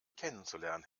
kennenzulernen